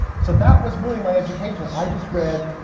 so that was really my education, i just read.